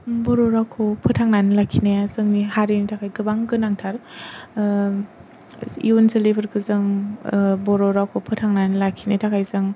बर' रावखौ फोथांनानै लाखिनाया जोंनि हारिनि थाखाय गोबां गोनांथार इयुन जोलैफोरखौ जों बर' रावखौ फोथांनानै लाखिनो थाखाय जों